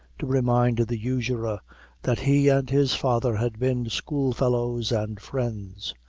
to remind the usurer that he and his father had been schoolfellows and friends,